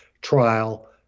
trial